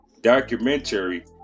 documentary